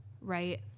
right